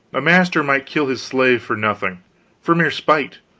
a master might kill his slave for nothing for mere spite,